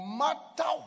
matter